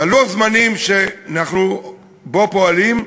בלוח הזמנים שאנחנו פועלים בו,